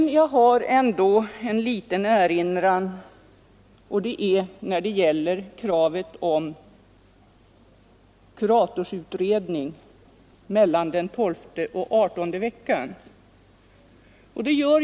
Men jag har ändå en liten erinran, nämligen när det gäller kravet om kuratorsutredning vid abort mellan den tolfte och adertonde veckan.